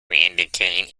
indicate